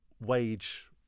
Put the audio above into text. wage